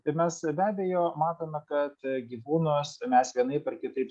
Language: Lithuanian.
tai mes be abejo matome kad gyvūnus mes vienaip ar kitaip